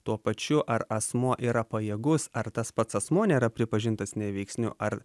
tuo pačiu ar asmuo yra pajėgus ar tas pats asmuo nėra pripažintas neveiksniu ar